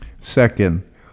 Second